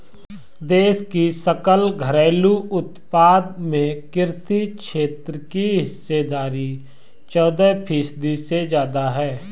देश की सकल घरेलू उत्पाद में कृषि क्षेत्र की हिस्सेदारी चौदह फीसदी से ज्यादा है